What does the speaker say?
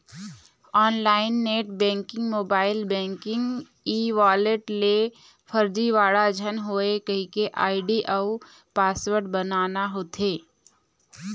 online net banking, mobile banking, e wallet ले फरजीवाड़ा झन होए कहिके आईडी अउ पासवर्ड बनाना होथे